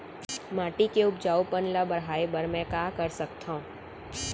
माटी के उपजाऊपन ल बढ़ाय बर मैं का कर सकथव?